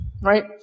right